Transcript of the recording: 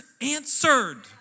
answered